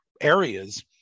areas